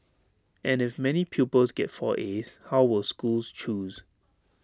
and if many pupils get four as how will schools choose